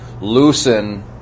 loosen